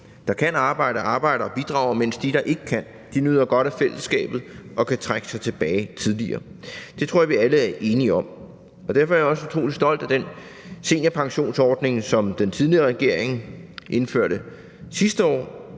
der kan arbejde, arbejder og bidrager, mens de, der ikke kan, nyder godt af fællesskabet og kan trække sig tilbage tidligere. Det tror jeg vi alle er enige om, og derfor er jeg også utrolig stolt af den seniorpensionsordning, som den tidligere regering indførte sidste år,